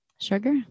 Sugar